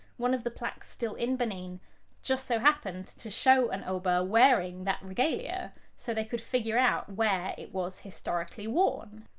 one of the plaques still in benin just so happened to show an oba wearing that regalia, so they could figure out where it was historically worn.